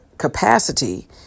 Capacity